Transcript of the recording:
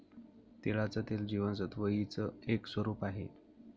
तिळाचं तेल जीवनसत्व ई च एक स्वरूप आहे